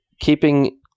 keeping